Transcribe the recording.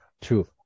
true